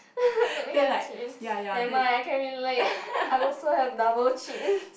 don't have chin nevermind I can relate I also have double chin